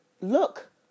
look